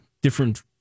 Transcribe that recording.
different